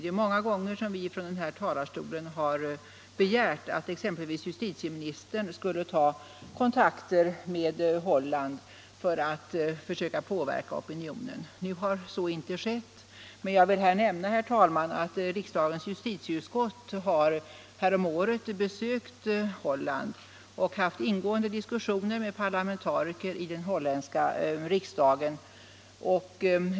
Det är många gånger som vi från den här talarstolen har begärt att exempelvis justitieministern skulle ta kontakter med Holland för att försöka påverka opinionen. Nu har så inte skett. Men jag vill här nämna, herr talman, att riksdagens justitieutskott häromåret besökte Holland och hade ingående diskussioner med parlamentariker i den holländska riksdagen.